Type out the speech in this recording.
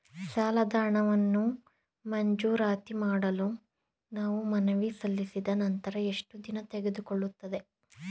ಸಾಲದ ಹಣವನ್ನು ಮಂಜೂರಾತಿ ಮಾಡಲು ನಾವು ಮನವಿ ಸಲ್ಲಿಸಿದ ನಂತರ ಎಷ್ಟು ದಿನ ತೆಗೆದುಕೊಳ್ಳುತ್ತದೆ?